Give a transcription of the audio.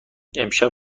امشب